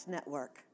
Network